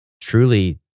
truly